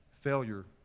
Failure